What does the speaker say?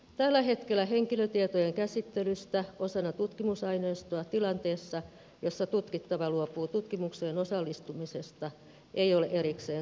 tällä hetkellä henkilötietojen käsittelystä osana tutkimusaineistoa tilanteessa jossa tutkittava luopuu tutkimukseen osallistumisesta ei ole erikseen säädetty